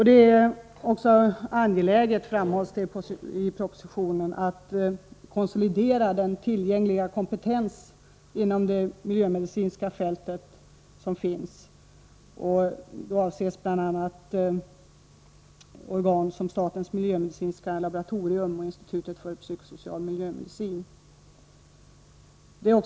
Det är också angeläget, framhålls det i propositionen, att konsolidera den tillgängliga kompetensen inom det miljömedicinska fältet. Då avses bl.a. organ som statens miljömedicinska laboratorium och institutet för psykosocial miljömedicin.